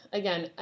again